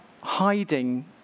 hiding